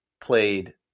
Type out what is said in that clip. played